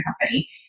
company